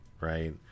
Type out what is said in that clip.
right